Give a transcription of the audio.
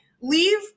leave